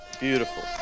beautiful